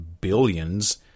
billions